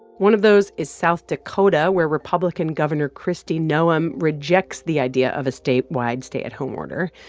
one of those is south dakota, where republican governor kristi noem rejects the idea of a statewide stay-at-home order.